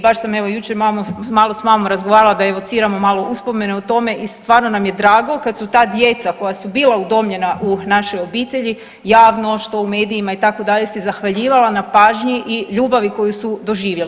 Baš evo jučer malo s mamom razgovarala da joj evociramo malo uspomene u tome i stvarno nam je drago kad su ta djeca koja su bila udomljena u našoj obitelji javno, što u medijima itd. se zahvaljivala na pažnji i ljubavi koji su doživjeli.